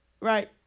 right